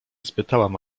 spytałam